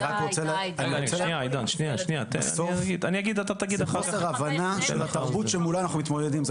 אני רק רוצה להגיד שבסוף זה חוסר הבנה של התרבות שמולה אנחנו מתמודדים.